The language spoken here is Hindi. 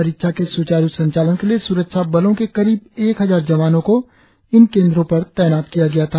परिक्षा के सुचारु संचालन के लिए सुरक्षाबलों के करीब एक हजार जवानों को इन केंद्रों पर तैनात किया गया था